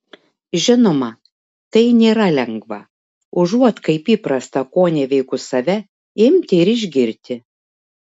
žinoma tai nėra lengva užuot kaip įprasta koneveikus save imti ir išgirti